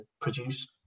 produce